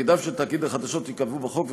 תפקידיו של תאגיד החדשות ייקבעו בחוק,